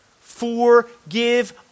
Forgive